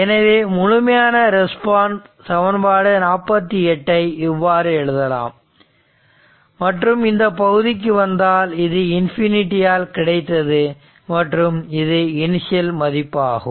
எனவே முழுமையான ரெஸ்பான்ஸ் சமன்பாடு 48 ஐ இவ்வாறு எழுதலாம் மற்றும் இந்த பகுதிக்கு வந்தால் இது இன்ஃபினிட்டி ஆல் கிடைத்தது மற்றும் இது இனிஷியல் மதிப்பாகும்